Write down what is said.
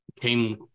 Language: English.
came